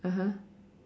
(uh huh)